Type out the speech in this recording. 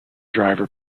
driver